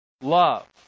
Love